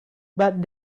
but